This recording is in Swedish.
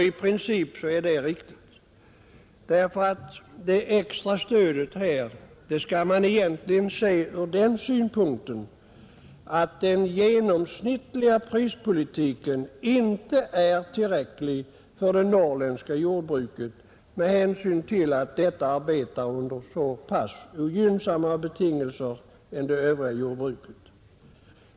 I princip är detta riktigt, därför att man egentligen skall se det extra stödet här från den synpunkten att den genomsnittliga prispolitiken inte är tillräcklig för det norrländska jordbruket med hänsyn till att detta arbetar under så pass ogynsammare betingelser än det övriga jordbruket.